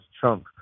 chunk